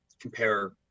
compare